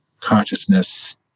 consciousness